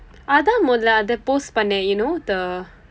அதான் முதல அதை:athaan muthala athai post பண்ணேன்:pannaen you know the